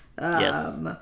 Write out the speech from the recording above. Yes